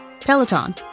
Peloton